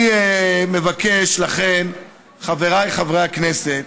לכן, אני מבקש, חבריי חברי הכנסת,